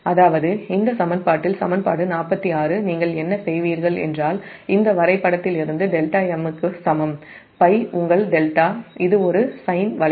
அதாவது இந்த சமன்பாடு 46 நீங்கள் என்ன செய்வீர்கள் என்றால் இந்த வரைபடத்திலிருந்து δm க்கு சமம் π உங்கள் δ இது ஒரு சைன் வளைவு